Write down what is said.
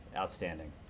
outstanding